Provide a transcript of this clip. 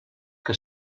que